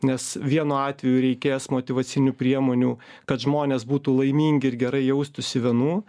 nes vienu atveju reikės motyvacinių priemonių kad žmonės būtų laimingi ir gerai jaustųsi vienų